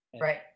Right